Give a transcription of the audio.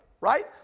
right